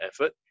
effort